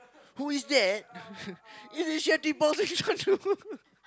who is that is it